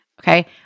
okay